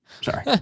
Sorry